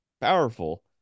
powerful